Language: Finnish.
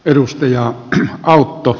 edustajaksi haluttu